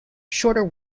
shorter